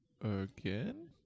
again